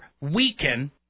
weaken